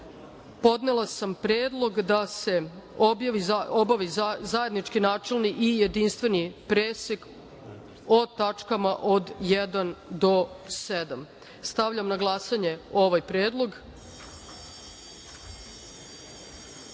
podnela sam predlog da se obavi zajednički načelni i jedinstveni pretres o tačkama od 1. do 7.Stavljam na glasanje ovaj